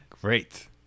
Great